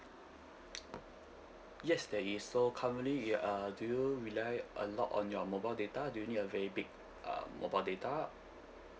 yes there is so currently uh do you rely a lot on your mobile data do you need a very big um mobile data